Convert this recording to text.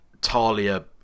Talia